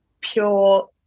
pure